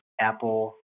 Apple